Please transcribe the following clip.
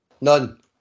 None